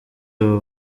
aba